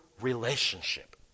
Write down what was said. relationship